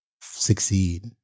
succeed